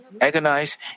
agonize